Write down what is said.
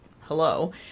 hello